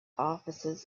offices